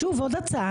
שוב, עוד הצעה.